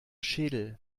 schädel